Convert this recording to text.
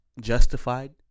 justified